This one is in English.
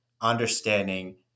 understanding